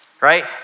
Right